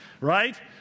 right